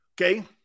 Okay